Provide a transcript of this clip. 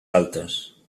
altas